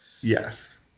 yes